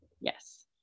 Yes